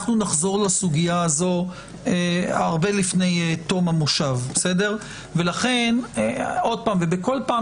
אנחנו נחזור לסוגיה הזו הרבה לפני תום המושב ובכל פעם